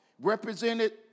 represented